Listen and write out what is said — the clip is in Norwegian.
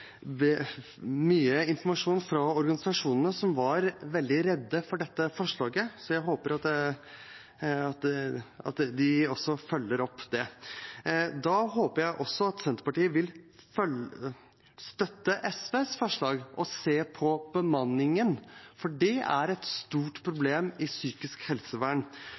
mye informasjon fra organisasjonene, som var veldig redde for dette forslaget, så jeg håper at de også følger det opp. Da håper jeg også at Senterpartiet vil støtte SVs forslag og se på bemanningen, for det er et stort problem i psykisk helsevern,